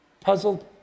puzzled